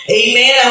amen